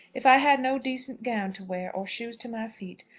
if i had no decent gown to wear, or shoes to my feet,